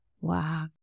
Wow